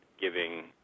giving